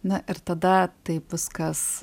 na ir tada taip viskas